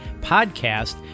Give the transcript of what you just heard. podcast